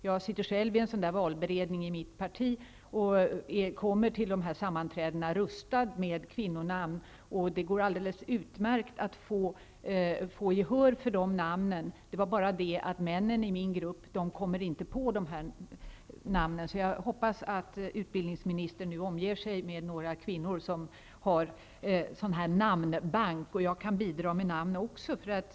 Jag sitter själv i en valberedning inom mitt parti och kommer till sammanträdena rustad med kvinnonamn, och det går alldeles utmärkt att få gehör för de namnen -- det är bara det att männen inte kommer på namnen. Jag hoppas därför att utbildningsministern nu omger sig med några kvinnor som har en namnbank -- jag kan också bidra med namn.